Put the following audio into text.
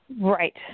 Right